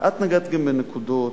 את נגעת גם בנקודות